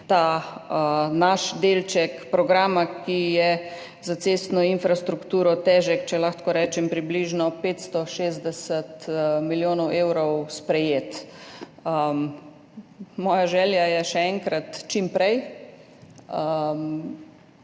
ta naš delček programa, ki je za cestno infrastrukturo težek, če lahko tako rečem, približno 560 milijonov evrov, sprejet. Moja želja je, še enkrat, čim prej.